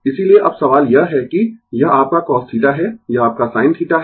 इसीलिए अब सवाल यह है कि यह आपका cos θ है यह आपका sin θ है